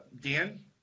Dan